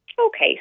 Okay